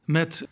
met